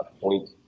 point